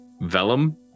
Vellum